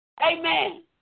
Amen